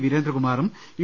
വീരേന്ദ്രകുമാറും U